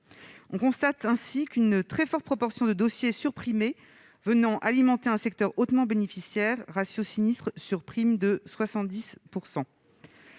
On constate ainsi une très forte proportion de dossiers surprimés venant alimenter un secteur hautement bénéficiaire : le ratio entre sinistre et prime est